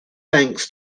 thanks